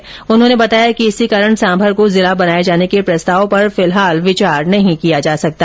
उर्न्होने बताया कि इसी कारण सांभर को जिला बनाये जाने के प्रस्ताव पर फिलहाल विचार नहीं किया जा सकता